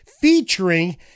featuring